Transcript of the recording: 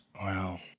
Wow